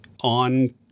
on